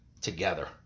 together